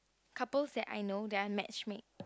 couples that I know that are match make